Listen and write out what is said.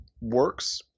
works